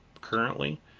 currently